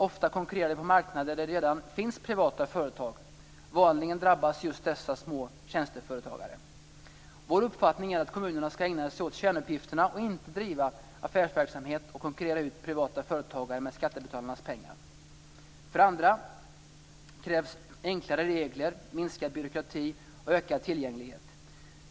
Ofta konkurrerar de på marknader där det redan finns privata företag, och vanligen drabbas just små tjänsteföretagare. Vår uppfattning är att kommunerna skall ägna sig åt kärnuppgifterna och inte driva affärsverksamhet och konkurrera ut privata företagare med skattebetalarnas pengar. För det andra krävs enklare regler, minskad byråkrati och ökad tillgänglighet.